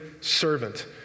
servant